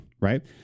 right